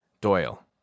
Doyle